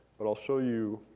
but i'll show you